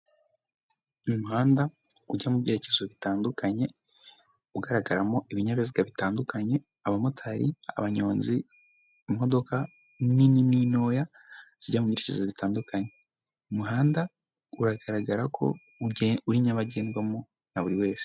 Umuhanda ujya mu byerekezo bitandukanye ugaragaramo ibinyabiziga bitandukanye, abamotari, abanyonzi, imodoka nini n'intoya zijya mu byerekerezo bitandukanye, umuhanda uragaragara ko ugendwa, uri nyabagendwamo na buri wese.